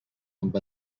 amb